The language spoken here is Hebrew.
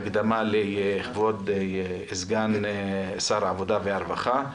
הקדמה לכבוד סגן שר העבודה והרווחה,